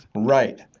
right.